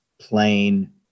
plain